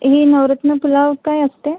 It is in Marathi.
हे नवरत्न पुलाव काय असते